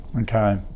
Okay